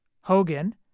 Hogan